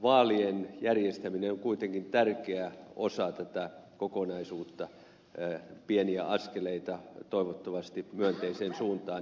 vaalien järjestäminen on kuitenkin tärkeä osa tätä kokonaisuutta pieniä askeleita toivottavasti myönteiseen suuntaan